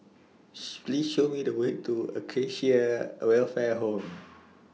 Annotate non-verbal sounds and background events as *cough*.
*noise* Please Show Me The Way to Acacia Welfare Home *noise*